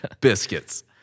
Biscuits